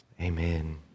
amen